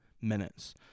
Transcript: minutes